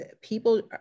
people